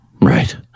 Right